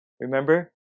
remember